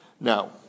Now